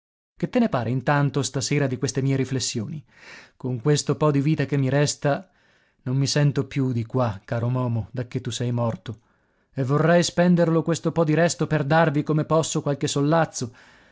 che te ne pare intanto stasera di queste mie riflessioni con questo po di vita che mi resta non mi sento più di qua caro momo dacché tu sei morto e vorrei spenderlo questo po di resto per darvi l'uomo solo luigi pirandello come posso qualche sollazzo